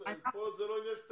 פה זה לא עניין של תקציב,